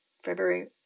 February